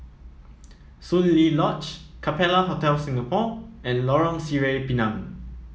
Soon Lee Lodge Capella Hotel Singapore and Lorong Sireh Pinang